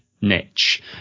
niche